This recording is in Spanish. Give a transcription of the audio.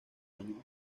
año